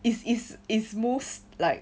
is is is moves like